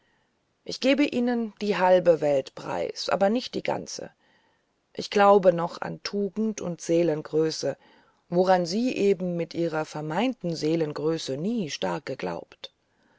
ich gebe ihnen die halbe welt preis aber nicht die ganze ich glaube noch an tugend und seelengröße woran sie eben mit ihrer vermeinten seelengröße nie stark